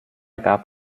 gab